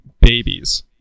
babies